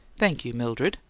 thank you, mildred,